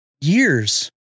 years